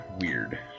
weird